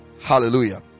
Hallelujah